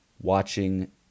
watching